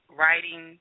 writing